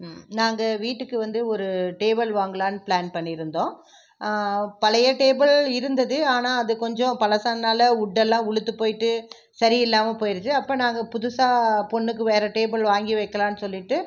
நாங்கள் வீட்டுக்கு வந்து ஒரு டேபிள் வாங்கலாம்னு பிளான் பண்ணி இருந்தோம் பழைய டேபிள் இருந்தது ஆனால் அது கொஞ்சம் பழசானதுனால கொஞ்சம் வுட்டெலாம் உளுத்து போயிவிட்டு சரி இல்லாமல் போயிடுச்சு அப்போ நாங்கள் புதுசாக பொண்ணுக்கு வேறு வாங்கி வைக்கலாம்னு சொல்லிவிட்டு